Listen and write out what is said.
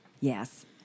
Yes